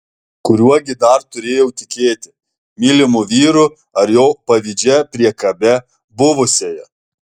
kuriuo gi dar turėjau tikėti mylimu vyru ar jo pavydžia priekabia buvusiąja